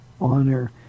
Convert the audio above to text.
honor